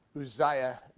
Uzziah